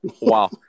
wow